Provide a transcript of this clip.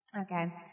Okay